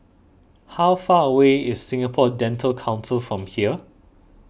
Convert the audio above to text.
how far away is Singapore Dental Council from here